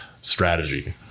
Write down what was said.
strategy